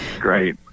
great